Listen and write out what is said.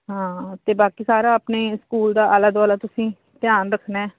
ਹਾਂ ਅਤੇ ਬਾਕੀ ਸਾਰਾ ਆਪਣੇ ਸਕੂਲ ਦਾ ਆਲਾ ਦੁਆਲਾ ਤੁਸੀਂ ਧਿਆਨ ਰੱਖਣਾ